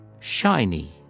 shiny